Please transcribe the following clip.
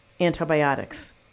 antibiotics